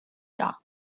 dot